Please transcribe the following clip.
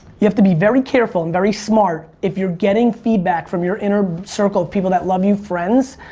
you have to be very careful and very smart if you're getting feedback from your inner circle of people that love you, friends,